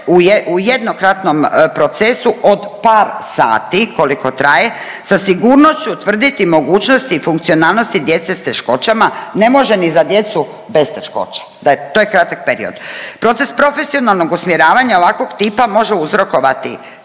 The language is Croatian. u jednokratnom procesu od par sati koliko traje sa sigurnošću tvrditi mogućnosti i funkcionalnosti djece sa teškoćama, ne može ni za djecu bez teškoća. To je kratak period. Proces profesionalnog usmjeravanja ovakvog tipa može uzrokovati